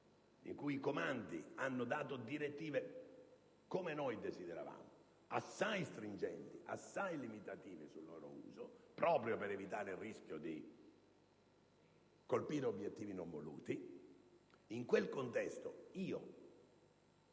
fase - i comandi NATO avevano dato direttive, come noi desideravamo, assai stringenti e assai limitative sul loro uso, proprio per evitare il rischio di colpire obiettivi non voluti - fosse più